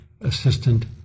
assistant